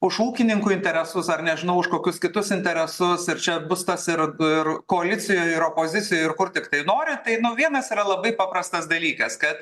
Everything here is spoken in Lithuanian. už ūkininkų interesus ar nežinau už kokius kitus interesus ir čia bus tas ir ir koalicijoje ir opozicijoje ir kur tiktai nori tai vienas yra labai paprastas dalykas kad